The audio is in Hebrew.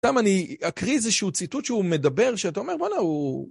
תם, אני אקריא איזשהו ציטוט שהוא מדבר שאתה אומר וואלה הוא...